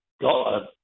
God